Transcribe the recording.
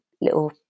little